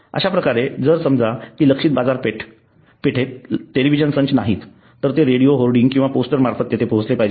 अश्याप्रकारे जर समजा कि लक्ष्यित बाजारपेठेत टेलिव्हिजन संच नाहीत तर ते रेडिओ होर्डिंग किंवा पोस्टर्स मार्फत तेथे पोहोचले पाहिजे